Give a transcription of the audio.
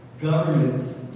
government